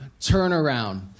turnaround